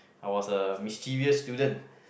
I was a mischievous student